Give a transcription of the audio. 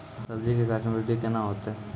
सब्जी के गाछ मे बृद्धि कैना होतै?